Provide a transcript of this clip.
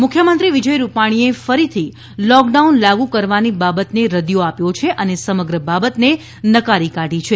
લોક down મુખ્યમંત્રી શ્રી વિજય રૂપાણીએ ફરીથી લોકડાઉન લાગુ કરવાની બાબતને રદિયો આપ્યો છે અને સમગ્ર બાબતને નકારી કાઢી છે